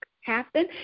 happen